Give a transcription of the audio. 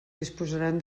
disposaran